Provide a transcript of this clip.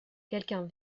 quelqu’un